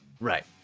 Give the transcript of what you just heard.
Right